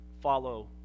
follow